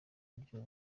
buryo